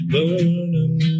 Burning